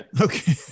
Okay